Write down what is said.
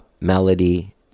melody